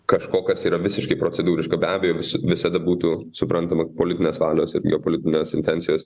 kažko kas yra visiškai procedūriška be abejo visada būtų suprantama politinės valios ir geopolitinės intencijos